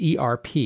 ERP